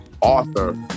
author